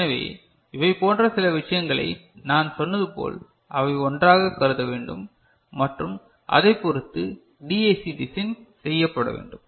எனவே இவை போன்ற சில விஷயங்களை நான் சொன்னது போல் அவை ஒன்றாக கருத வேண்டும் மற்றும் அதைப் பொறுத்து டிஏசி டிசைன் செய்யப் படவேண்டும்